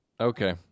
okay